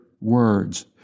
words